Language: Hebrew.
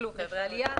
עלייה